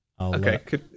Okay